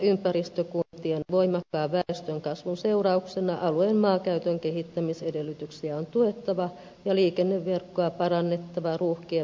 tuusulan ja ympäristökuntien voimakkaan väestönkasvun seurauksena alueen maankäytön kehittämis edellytyksiä on tuettava ja liikenneverkkoa parannettava ruuhkien vähentämiseksi